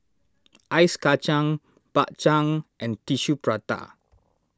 Ice Kacang Bak Chang and Tissue Prata